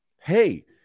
hey